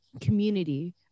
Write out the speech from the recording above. community